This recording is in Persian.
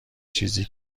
چیزی